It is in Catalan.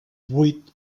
vuit